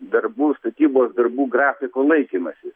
darbų statybos darbų grafiko laikymąsi